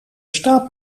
staat